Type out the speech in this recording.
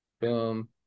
boom